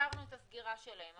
אפשרנו את הסגירה שלהם.